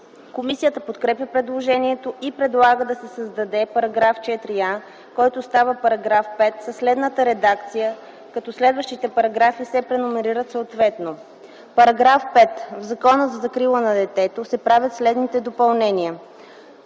Комисията подкрепя предложението и предлага да се създаде § 4а, който става § 5, със следната редакция, като следващите параграфи се преномерират, съответно: „§ 5. В Закона за закрила на детето (Обн., ДВ, ...) се правят следните допълнения: